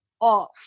off